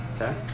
Okay